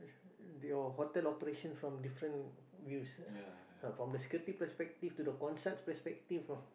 your hotel operation from different views from the security perspective to the concept perspective